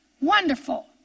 wonderful